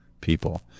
people